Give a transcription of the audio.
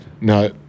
no